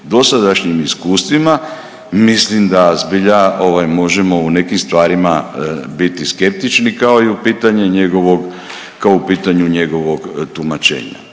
dosadašnjim iskustvima, mislim da zbilja možemo u nekim stvarima biti skeptični kao i u pitanje njegovog kao